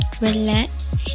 relax